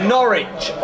Norwich